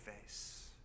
face